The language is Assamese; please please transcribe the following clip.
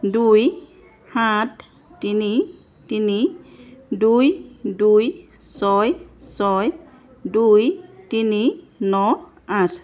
দুই সাত তিনি তিনি দুই দুই ছয় ছয় দুই তিনি ন আঠ